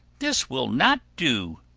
this will not do,